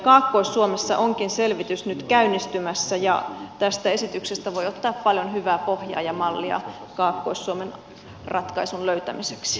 kaakkois suomessa onkin selvitys nyt käynnistymässä ja tästä esityksestä voi ottaa paljon hyvää pohjaa ja mallia kaakkois suomen ratkaisun löytämiseksi